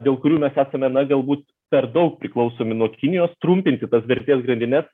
dėl kurių mes esame na galbūt per daug priklausomi nuo kinijos trumpinti tas vertės grandines